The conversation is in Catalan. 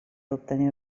obtenir